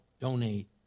donate